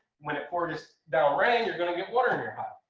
when it pours down rain, you're going to get water in your